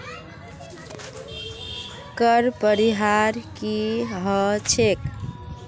कर परिहार की ह छेक